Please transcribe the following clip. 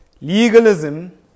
Legalism